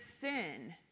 sin